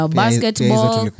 basketball